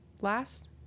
last –